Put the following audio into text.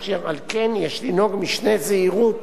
אשר על כן יש לנהוג משנה זהירות